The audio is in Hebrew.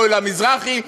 הפועל המזרחי,